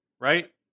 right